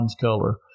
color